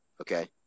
Okay